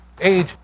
age